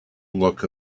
look